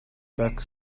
back